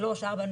שלוש ארבע,